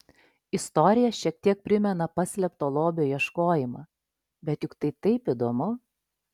istorija šiek tiek primena paslėpto lobio ieškojimą bet juk tai taip įdomu